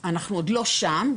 אנחנו עוד לא שם.